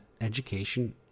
education